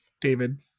David